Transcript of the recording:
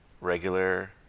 regular